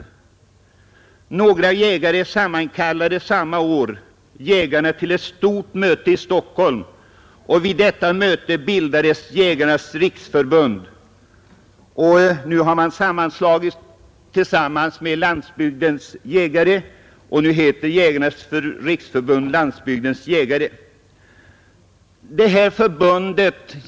Några jägare sammankallade samma år jägarna till ett stort möte i Stockholm och vid detta möte bildades Jägarnas riksförbund. Nu har detta förbund gått samman med Landsbygdens jägare till Jägarnas riksförbund —Landsbygdens jägare.